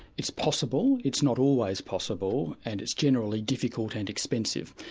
it's possible, it's not always possible, and it's generally difficult and expensive.